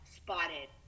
spotted